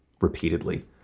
repeatedly